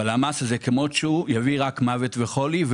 אבל המס הזה כמות שהוא יביא רק מוות וחולי.